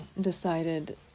decided